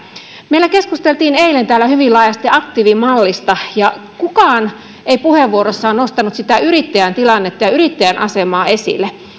meillä keskusteltiin eilen täällä hyvin laajasti aktiivimallista ja kukaan ei puheenvuorossaan nostanut sitä yrittäjän tilannetta ja yrittäjän asemaa esille